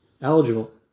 eligible